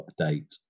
update